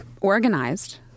Organized